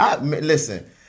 Listen